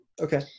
Okay